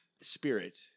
spirit